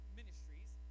ministries